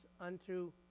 unto